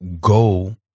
go